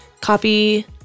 copy